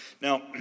Now